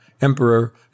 Emperor